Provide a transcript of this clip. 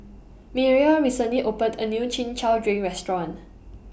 Mireya recently opened A New Chin Chow Drink Restaurant